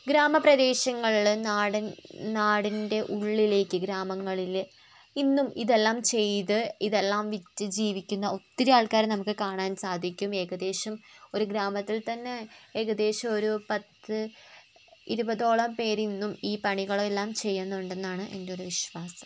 ഗ്രാമപ്രദേശങ്ങളിൽ നാടൻ നാടിൻ്റെ ഉള്ളിലേക്ക് ഗ്രാമങ്ങളിൽ ഇന്നും ഇതെല്ലാം ചെയ്ത് ഇതെല്ലാം വിറ്റു ജീവിക്കുന്ന ഒത്തിരി ആൾക്കാരെ നമുക്ക് കാണാൻ സാധിക്കും ഏകദേശം ഒരു ഗ്രാമത്തിൽ തന്നെ ഏകദേശം ഒരു പത്ത് ഇരുപതോളം പേരിന്നും ഈ പണികളെല്ലാം ചെയ്യുന്നുണ്ടെന്നാണ് എൻ്റെയൊരു വിശ്വാസം